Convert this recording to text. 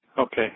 Okay